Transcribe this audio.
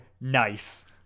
Nice